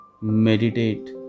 meditate